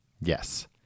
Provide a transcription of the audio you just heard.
Yes